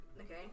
Okay